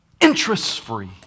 Interest-free